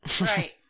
Right